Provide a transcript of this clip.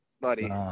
buddy